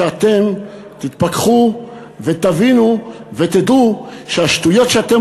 שאתם תתפכחו ותבינו ותדעו שהשטויות שאתם